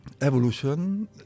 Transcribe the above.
evolution